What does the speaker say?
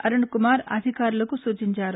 అరుణ్కుమార్ అధికారులకు సూచించారు